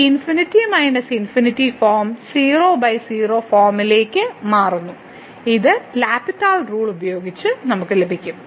ഈ ∞∞ ഫോം 00 ഫോമിലേക്ക് മാറുന്നു ഇത് എൽ ഹോസ്പിറ്റൽ റൂൾ ഉപയോഗിച്ച് നമുക്ക് ലഭിക്കും